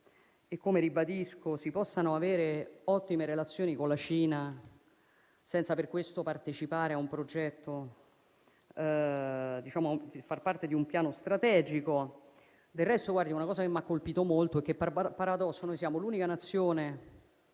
e come ribadisco, si possano avere ottime relazioni con la Cina senza per questo partecipare a un progetto e far parte di un piano strategico. Del resto, una cosa che mi ha colpito molto è che, per paradosso, noi siamo l'unica Nazione